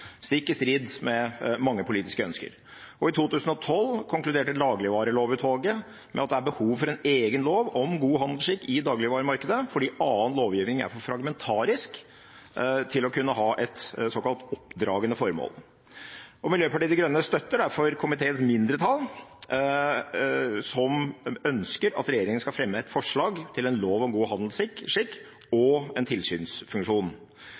stikk i strid med mange politiske ønsker. I 2012 konkluderte Dagligvarelovutvalget med at det er behov for en egen lov om god handelsskikk i dagligvaremarkedet, fordi annen lovgivning er for fragmentarisk til å kunne ha et såkalt oppdragende formål. Miljøpartiet De Grønne støtter derfor komiteens mindretall, som ønsker at regjeringen skal fremme forslag til en lov om god handelsskikk og en tilsynsfunksjon.